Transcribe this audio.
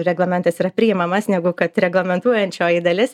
reglamentas yra priimamas negu kad reglamentuojančioji dalis